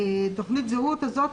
ותוכנית הזהות זאת,